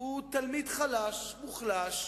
הוא תלמיד חלש, מוחלש,